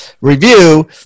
review